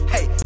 Hey